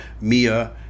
Mia